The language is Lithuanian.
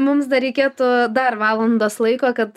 mums dar reikėtų dar valandos laiko kad